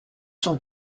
cent